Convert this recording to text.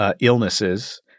illnesses